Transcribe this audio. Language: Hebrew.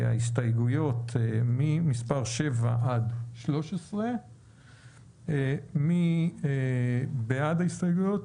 ממספר 7 עד 13. מי בעד קבלת ההסתייגויות?